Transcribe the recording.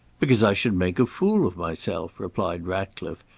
because i should make a fool of myself replied ratcliffe,